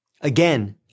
Again